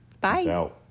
Bye